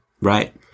Right